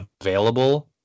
available